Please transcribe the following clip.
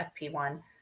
FP1